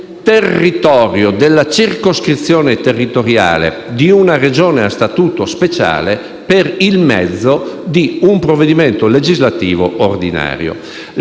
manomissione della circoscrizione territoriale di una Regione a statuto speciale per il mezzo di un provvedimento legislativo ordinario.